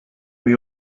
may